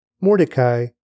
Mordecai